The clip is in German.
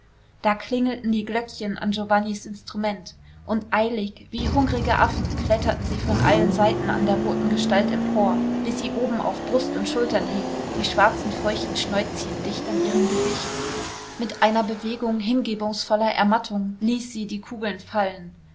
da klingelten die glöckchen an giovannis instrument und eilig wie hungrige affen kletterten sie von allen seiten an der roten gestalt empor bis sie oben auf brust und schultern hingen die schwarzen feuchten schnäuzchen dicht an ihrem gesicht mit einer bewegung hingebungsvoller ermattung ließ sie die kugeln fallen